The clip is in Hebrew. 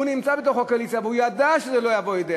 הוא נמצא בתוך הקואליציה והוא ידע שזה לא יבוא לידי